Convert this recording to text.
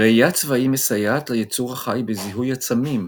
ראיית צבעים מסייעת ליצור החי בזיהוי עצמים,